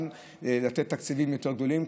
גם לתת תקציבים יותר גדולים,